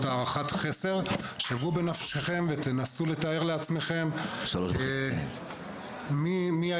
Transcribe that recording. שערו בנפשכם ותנסו לתאר לעצמכם מי היה